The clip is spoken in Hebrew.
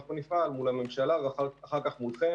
אנחנו נפעל מול הממשלה ואחר כך מולכם